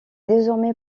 désormais